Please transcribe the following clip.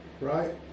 right